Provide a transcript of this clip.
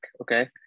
Okay